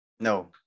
No